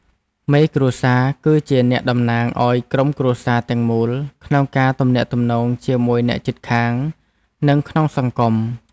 មេគ្រួសារ គឺជាអ្នកតំណាងឱ្យក្រុមគ្រួសារទាំងមូលក្នុងការទំនាក់ទំនងជាមួយអ្នកជិតខាង និងក្នុងសង្គម។